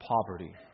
poverty